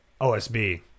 OSB